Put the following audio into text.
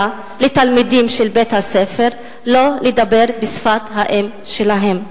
לתלמידים של בית-הספר לא לדבר בשפת האם שלהם,